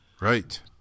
Right